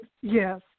Yes